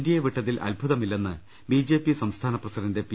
D എ വിട്ടതിൽ അത്ഭുതമില്ലെന്ന് ബി ജെ പി സംസ്ഥാന പ്രസിഡന്റ് ്പി